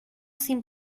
sin